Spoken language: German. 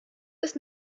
ist